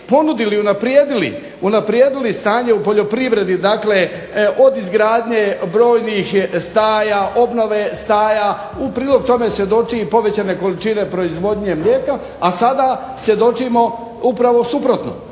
ponudili i unaprijedili stanje u poljoprivredi od izgradnje brojnih staja, obnove staja. U prilog tome svjedoče i povećane količine proizvodnje mlijeka, a sada svjedočimo upravo suprotnom.